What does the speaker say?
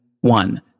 One